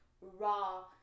raw